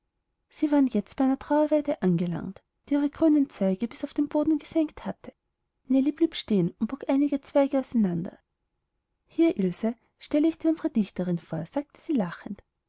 sie waren jetzt bei einer trauerweide angelangt die ihre grünen zweige bis auf den boden gesenkt hatte nellie blieb stehen und bog einige zweige auseinander hier ilse stell ich dich unsre dichterin vor sagte sie lachend